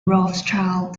rothschild